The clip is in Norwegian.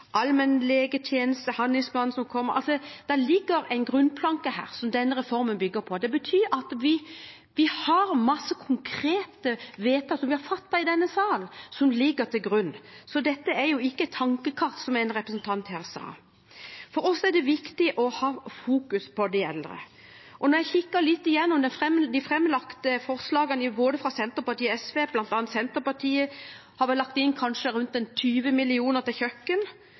handlingsplanen som kommer om allmennlegetjeneste. Det ligger en grunnplanke her som denne reformen bygger på. Vi har mange konkrete vedtak som er fattet i denne sal, som ligger til grunn. Dette er ikke et tankekart, som en representant her sa. For oss er det viktig å ha fokus på de eldre. Når jeg kikker litt igjennom de framlagte forslagene fra både Senterpartiet og SV, har Senterpartiet kanskje lagt inn rundt 20 mill. kr til kjøkken.